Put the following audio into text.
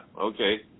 Okay